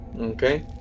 Okay